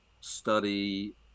study